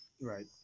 Right